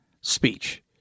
speech